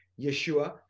Yeshua